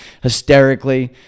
hysterically